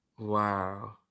Wow